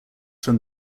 from